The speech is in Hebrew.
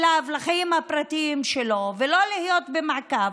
אליו לחיים הפרטיים שלו ושלא להיות במעקב,